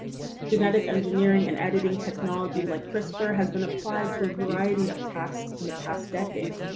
genetic engineering and editing technology like crispr has been applied to a variety of tasks in the past decade,